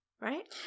right